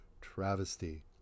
travesty